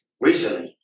Recently